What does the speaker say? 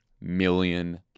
million